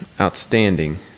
Outstanding